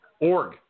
Org